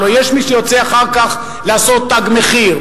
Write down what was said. הלוא יש מי שיוצא אחר כך לעשות "תג מחיר",